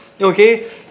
Okay